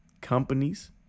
companies